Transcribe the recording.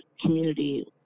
community